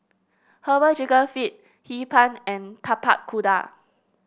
herbal chicken feet Hee Pan and Tapak Kuda